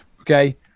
Okay